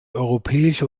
europäische